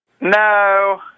No